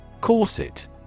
Corset